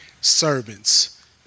servants